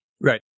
Right